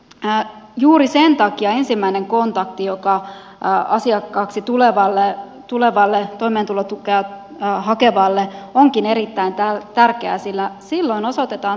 juuri sen takia ensimmäinen kontakti asiakkaaksi tulevalle toimeentulotukea hakevalle onkin erittäin tärkeä sillä silloin osoitetaan toimintatavat ja toimintakulttuuri